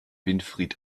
winfried